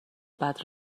بعد